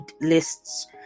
lists